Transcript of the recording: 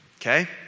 Okay